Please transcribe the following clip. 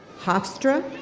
hofstra,